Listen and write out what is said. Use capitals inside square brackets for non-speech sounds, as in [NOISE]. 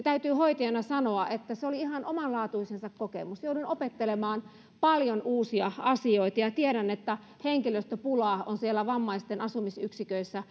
[UNINTELLIGIBLE] täytyy hoitajana sanoa että se oli ihan omanlaatuisensa kokemus jouduin opettelemaan paljon uusia asioita tiedän että henkilöstöpula on siellä vammaisten asumisyksiköissä [UNINTELLIGIBLE]